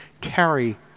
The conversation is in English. Carry